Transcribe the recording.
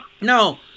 no